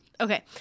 okay